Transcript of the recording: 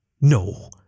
No